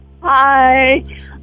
Hi